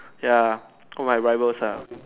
ya all my rivals ah